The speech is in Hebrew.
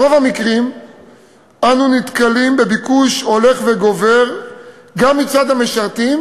ברוב המקרים אנו נתקלים בביקוש הולך וגובר גם מצד המשרתים